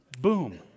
boom